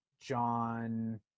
John